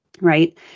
Right